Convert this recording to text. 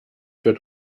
wird